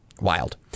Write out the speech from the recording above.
Wild